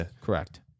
Correct